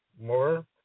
more